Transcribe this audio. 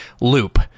loop